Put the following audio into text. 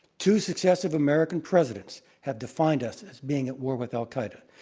two successive american presidents have defined us as being at war with al-qaeda.